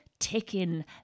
ticking